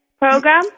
program